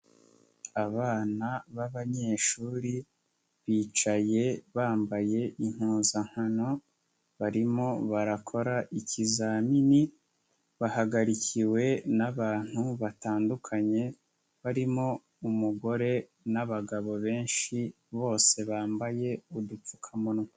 Abana b'abanyeshuri bicaye bambaye impuzankano barimo barakora ikizamini bahagarikiwe n'abantu batandukanye barimo umugore n'abagabo benshi bose bambaye udupfukamunwa.